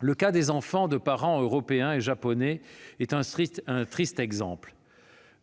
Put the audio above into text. Le cas des enfants de parents européen et japonais est un triste exemple :